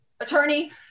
attorney